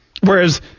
Whereas